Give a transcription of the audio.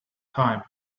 time